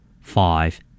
Five